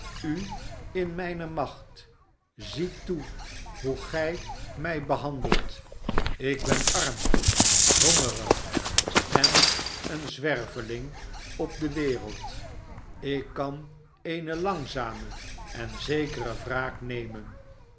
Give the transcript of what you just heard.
u in mijne macht zie toe hoe gij mij behandelt ik ben arm hongerig en een zwerveling op de wereld ik kan eene langzame en zekere wraak nemen